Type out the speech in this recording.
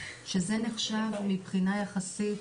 איך זה נחשב מבחינה יחסית?